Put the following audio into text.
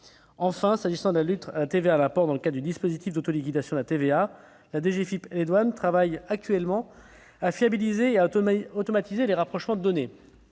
Enfin, s'agissant de la lutte contre la TVA à l'import dans le cadre du dispositif d'autoliquidation de la TVA, la DGFiP et les douanes travaillent actuellement à fiabiliser et automatiser le rapprochement des données.